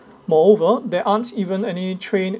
moreover there aren't even any trained